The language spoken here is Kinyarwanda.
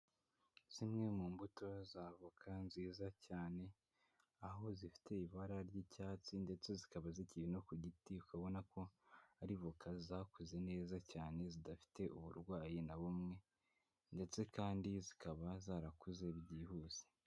Zimwe mu mbuto za avoka nziza cyane. Aho zifite ibara ry'icyatsi, ndetse zikaba zikiri no ku giti ukabona ko, aribuka zakuze neza cyane zidafite uburwayi na bumwe, ndetse kandi zikaba zarakuze byihuse.